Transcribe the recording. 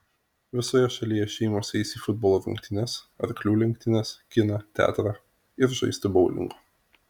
visoje šalyje šeimos eis į futbolo rungtynes arklių lenktynes kiną teatrą ir žaisti boulingo